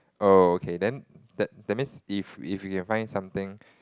oh okay then that that means if if we can find something